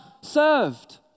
served